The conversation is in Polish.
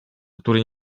który